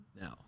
now